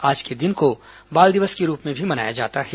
आज के दिन को बाल दिवस के रूप में भी मनाया जाता है